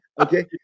Okay